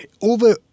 over